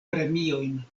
premiojn